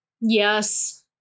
Yes